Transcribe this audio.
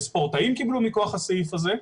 ספורטאים קיבלו מכוח הסעיף הזה.